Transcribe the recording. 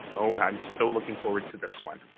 i'm so looking forward to this one.